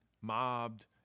mobbed